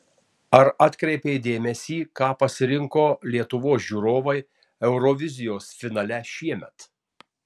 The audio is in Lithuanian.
ar atkreipei dėmesį ką pasirinko lietuvos žiūrovai eurovizijos finale šiemet